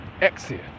exit